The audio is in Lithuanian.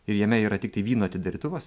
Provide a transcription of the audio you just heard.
ir jame yra tiktai vyno atidarytuvas